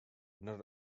not